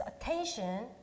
attention